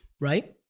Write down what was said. right